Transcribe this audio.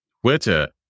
Twitter